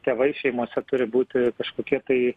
tėvai šeimose turi būti kažkokie tai